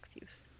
Use